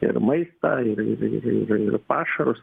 ir maistą ir ir ir ir ir pašarus